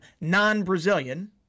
non-Brazilian